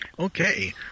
Okay